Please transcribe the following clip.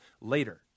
later